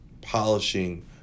polishing